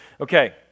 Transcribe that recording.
Okay